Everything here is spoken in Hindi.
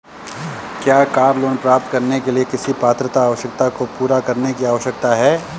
क्या कार लोंन प्राप्त करने के लिए किसी पात्रता आवश्यकता को पूरा करने की आवश्यकता है?